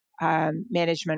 Management